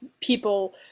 people